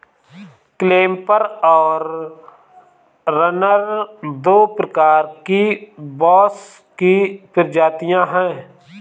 clumper और runner दो प्रकार की बाँस की प्रजातियाँ हैं